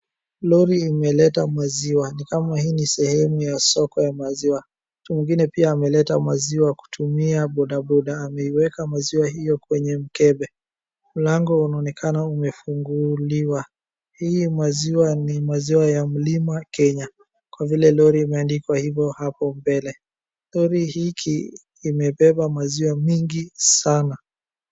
Lori imeleta maziiwa, ni kama hii ni sehemu ya soko ya maziwa. Mtu mwigine ameleta maziwa kutumia boda boda, ameiweka maziwa hiyo kwenye mkebe. Mlango unaonekana umefunguliwa. Hii maziwa ni maziwa ya mlima Kenya kwa vile lori imeandikwa ivo hapo mbele. Lori hiki imebeba maziwa mingi sana.